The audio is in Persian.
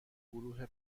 گروه